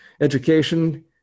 Education